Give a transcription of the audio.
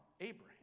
Abraham